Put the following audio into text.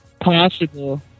possible